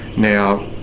now,